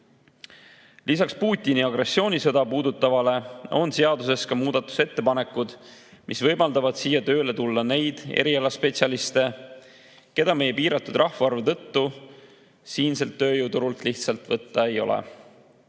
tulnud. Lisaks Putini agressioonisõda puudutavale on seaduses ka muudatusettepanekud, mis võimaldavad siia tööle tulla neid erialaspetsialiste, keda meie piiratud rahvaarvu tõttu siinselt tööjõuturult lihtsalt võtta ei ole.